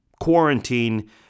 quarantine